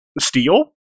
steel